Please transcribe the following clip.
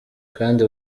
kandi